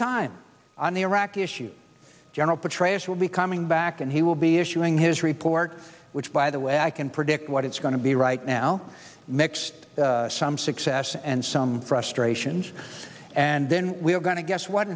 time on the iraq issue general petraeus will be coming back and he will be issuing his report which by the way i can predict what it's going to be right now mixed some success and some frustrations and then we're going to guess what